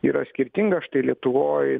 yra skirtinga štai lietuvoj